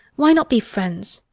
why not be friends?